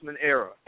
era